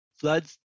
floods